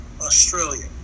Australia